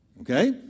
Okay